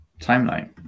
Timeline